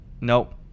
Nope